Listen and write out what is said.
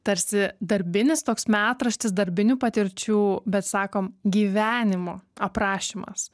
tarsi darbinis toks metraštis darbinių patirčių bet sakom gyvenimo aprašymas